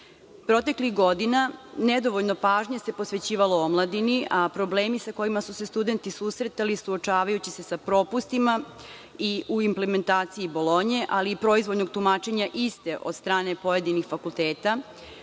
godina nedovoljno pažnje se posvećivalo omladini, a problemi sa kojima su se studenti susretali, suočavajući se sa propustima i u implementaciji „Bolonje“, ali i proizvoljnog tumačenja iste od strane pojedinih fakulteta,